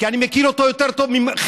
כי אני מכיר אותו יותר טוב מכם,